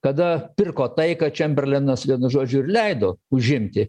kada pirko taiką čemberlenas vienu žodžiu ir leido užimti